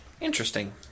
Interesting